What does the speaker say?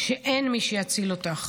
שאין מי שיציל אותך,